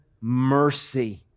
mercy